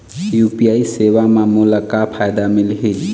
UPI सेवा म मोला का फायदा मिलही?